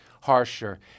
harsher